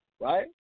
right